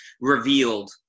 revealed